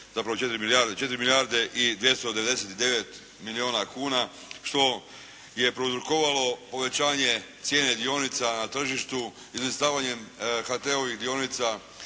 na četiri milijarde i 299 milijuna kuna što je prouzrokovalo povećanje cijene dionica na tržištu izlistavanjem HT-ovih dionica